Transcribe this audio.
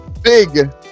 Big